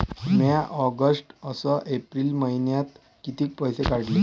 म्या ऑगस्ट अस एप्रिल मइन्यात कितीक पैसे काढले?